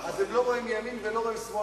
אז הם לא רואים מימין ולא רואים משמאל.